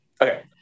Okay